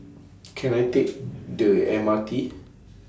Can I Take The M R T